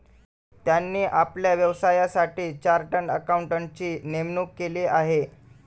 त्यांनी आपल्या व्यवसायासाठी चार्टर्ड अकाउंटंटची नेमणूक केली आहे